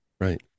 Right